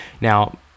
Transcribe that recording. Now